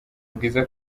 bwiza